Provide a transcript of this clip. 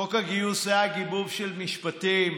חוק הגיוס היה גיבוב של משפטים.